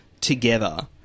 together